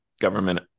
government